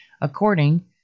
According